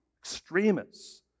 extremists